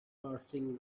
bursting